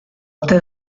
ote